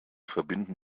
verbinden